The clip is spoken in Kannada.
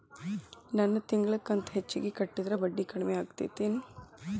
ನನ್ ತಿಂಗಳ ಕಂತ ಹೆಚ್ಚಿಗೆ ಕಟ್ಟಿದ್ರ ಬಡ್ಡಿ ಕಡಿಮಿ ಆಕ್ಕೆತೇನು?